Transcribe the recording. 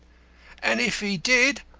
and if he did,